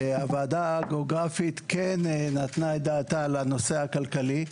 הוועדה הגיאוגרפית כן נתנה דעתה על הנושא הכלכלי.